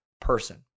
person